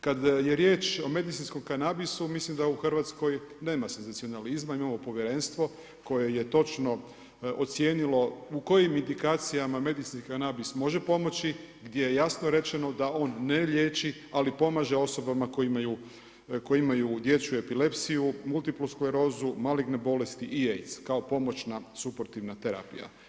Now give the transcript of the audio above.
Kad je riječ o medicinskom kanabisu mislim da u Hrvatskoj nema senzacionalizma, imamo povjerenstvo koje je točno ocijenilo u kojim indikacijama medicinski kanabis može pomoći, gdje je jasno rečeno da on ne lijeći ali pomaže osobama koje imaju dječju epilepsiju, multiplusklerozu, maligne bolesti i AIDS kao pomoćna suportivna terapija.